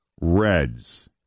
reds